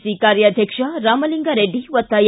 C ಕಾರ್ಯಾಧ್ವಕ್ಷ Ramalinga Reddy ಒತ್ತಾಯ